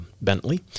Bentley